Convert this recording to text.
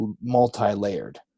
multi-layered